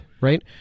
right